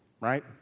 right